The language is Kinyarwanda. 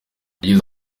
yagize